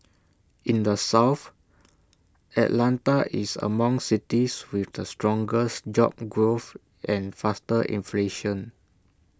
in the south Atlanta is among cities with the strongest job growth and faster inflation